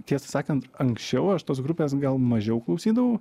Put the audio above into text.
tiesą sakant anksčiau aš tos grupės gal mažiau klausydavau